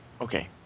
Okay